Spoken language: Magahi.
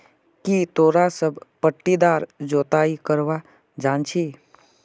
की तोरा सब पट्टीदार जोताई करवा जानछी